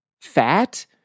fat